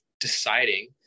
deciding